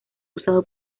usado